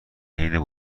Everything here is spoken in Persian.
حین